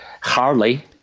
Hardly